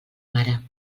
mare